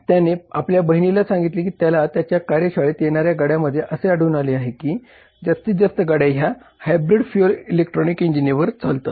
त्याने आपल्या बहिणीला सांगितले की त्याला त्याच्या कार्यशाळेत येणाऱ्या गाड्यांमध्ये असे आढळून आले आहे की जास्तीत जास्त गाड्या ह्या हायब्रिड फ्युएल इलेक्ट्रिक इंजिनच्या आहेत